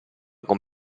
con